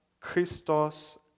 Christos